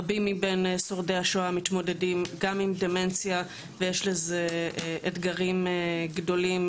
רבים מבין שורדי השואה גם מתמודדים עם דמנציה ויש לזה אתגרים גדולים